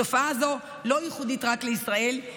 התופעה הזו לא ייחודית רק לישראל,